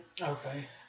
Okay